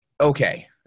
okay